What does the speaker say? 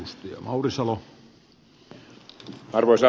arvoisa herra puhemies